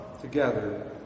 together